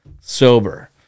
sober